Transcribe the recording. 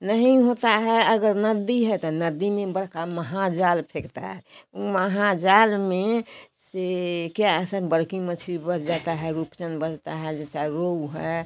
नहीं होता है अगर नदी है तो नदी में बहका महाजाल फेंकता है महाजाल में से क्या सन बड़की मछली बझ जाता है रुचन बझता है चाहे रोहू है